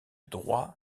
droit